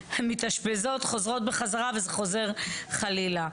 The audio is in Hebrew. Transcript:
מתאשפזות, חוזרות בחזרה וזה חוזר חלילה.